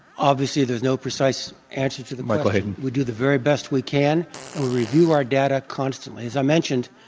obviously there's no precise answer to the question. michael hayden. we do the very best we can. and we review our data constantly. as i mentioned,